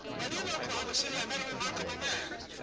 but in oklahoma city, i met a remarkable man.